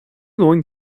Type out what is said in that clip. going